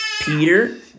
Peter